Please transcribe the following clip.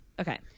Okay